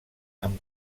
amb